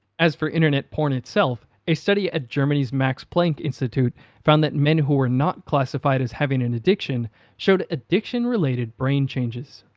as for internet porn itself, a study at germany's max planck institute found that men who were not classified as having an addition addition showed addiction-related brain changes.